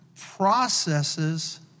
processes